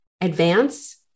advance